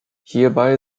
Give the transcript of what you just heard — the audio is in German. hierbei